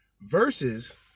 versus